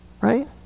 Right